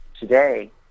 today